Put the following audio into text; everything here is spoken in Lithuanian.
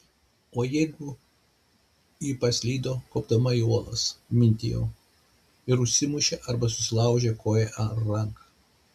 o jeigu ji paslydo kopdama į uolas mintijau ir užsimušė arba susilaužė koją ar ranką